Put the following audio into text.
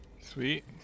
Sweet